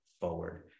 forward